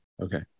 Okay